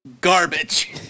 garbage